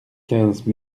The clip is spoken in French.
quinze